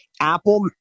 Apple